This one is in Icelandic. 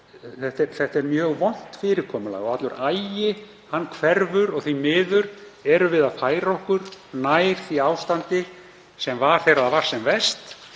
Þetta er mjög vont fyrirkomulag og allur agi hverfur. Og því miður erum við að færa okkur nær því ástandi sem var þegar það var sem verst